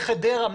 מחדרה,